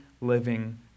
living